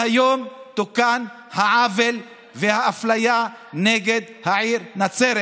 והיום תוקנו העוול והאפליה של העיר נצרת.